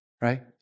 right